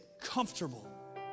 comfortable